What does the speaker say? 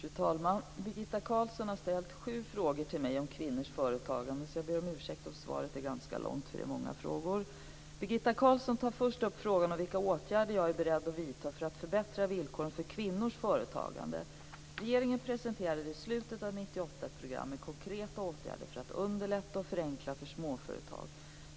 Fru talman! Birgitta Carlsson har ställt sju frågor till mig om kvinnors företagande. Birgitta Carlsson tar först upp frågan om vilka åtgärder jag är beredd att vidta för att förbättra villkoren för kvinnors företagande. Regeringen presenterade i slutet av 1998 ett program med konkreta åtgärder för att underlätta och förenkla för småföretag.